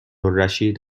الرشید